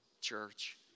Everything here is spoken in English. church